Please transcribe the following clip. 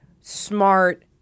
smart